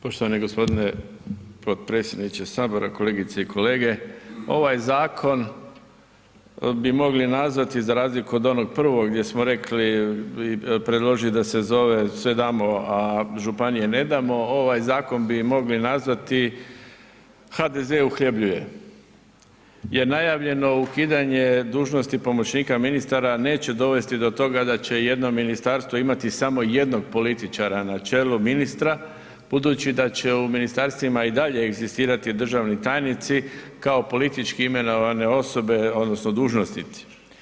Poštovani gospodine potpredsjedniče sabora, kolegice i kolege, ovaj zakon bi mogli nazvati za razliku od onog prvog gdje smo rekli, predložili da se zove, sve damo a županije ne damo, ovaj zakon bi mogli nazvati HDZ uhljebljuje, jer najavljeno ukidanje dužnosti pomoćnika ministara neće dovesti do toga da će jedno ministarstvo imati samo jednog političara na čelu, ministra, budući da će u ministarstvima i dalje egzistirati državni tajnici kao politički imenovane osobe odnosno dužnosnici.